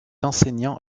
enseignant